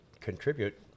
contribute